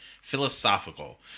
Philosophical